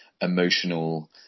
emotional